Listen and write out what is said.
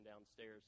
downstairs